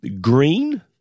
green